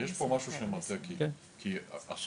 אבל יש פה משהו שמטעה, כי הסכום